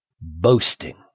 boasting